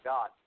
God